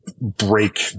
break